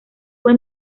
fue